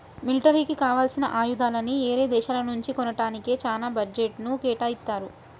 మిలిటరీకి కావాల్సిన ఆయుధాలని యేరే దేశాల నుంచి కొంటానికే చానా బడ్జెట్ను కేటాయిత్తారు